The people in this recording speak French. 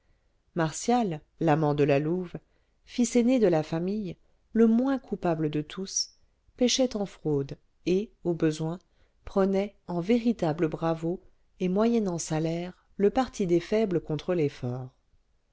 fils aîné de la famille le moins coupable de tous pêchait en fraude et au besoin prenait en véritable bravo et moyennant salaire le parti des faibles contre